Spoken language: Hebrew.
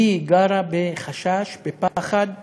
והיא חיה בחשש, בפחד ואימה,